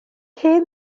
hen